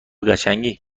قشنگی